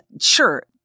sure